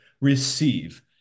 receive